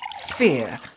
Fear